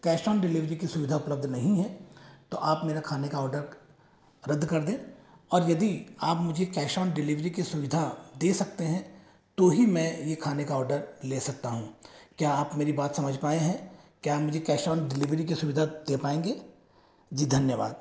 cash on delivery की सुविधा उपलब्ध नहीं हैं तो आप मेरा खाने का ऑर्डर रद्द कर दें और यदि आप मुझे कैश ऑन डिलीवरी की सुविधा दे सकते हैं तो ही मैं ये खाने का ऑर्डर ले सकता हूँ क्या आप मेरी बात समझ पाएं हैं क्या मुझे कैश ऑन डिलीवरी की सुविधा दे पाएँगे जी धन्यवाद